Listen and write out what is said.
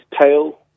tail